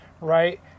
right